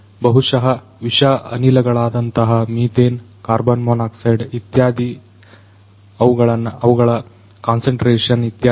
ಬಹುಶಃ ವಿಷ ಅನಿಲಗಳಾದಂತಹ ಮೀಥೇನ್ ಕಾರ್ಬನ್ ಮೊನಾಕ್ಸೈಡ್ ಇತ್ಯಾದಿ ಅವುಗಳ ಕಾನ್ಸಂಟ್ರೇಶನ್ ಇತ್ಯಾದಿ